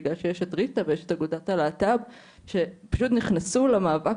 בגלל שיש את ריטה ויש את אגודת הלהט"ב שנכנסו למאבק